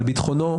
על ביטחונו,